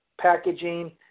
packaging